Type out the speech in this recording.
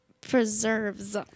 preserves